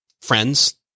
friends